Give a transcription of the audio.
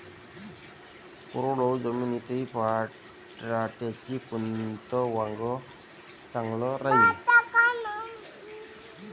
कोरडवाहू जमीनीत पऱ्हाटीचं कोनतं वान चांगलं रायीन?